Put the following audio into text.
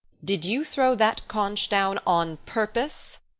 did you throw that conch down on purpose?